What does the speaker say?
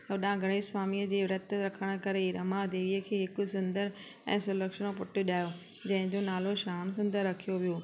ओॾा गणेश स्वामीअ जे विर्तु रखण करे रमा देवीअ खे हिकु सुंदर ऐं सुलक्षनो पुटु ॼायो जंहिंजो नालो शाम सुंदर रखियो वियो